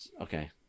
okay